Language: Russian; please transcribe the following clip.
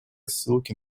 ссылки